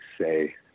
say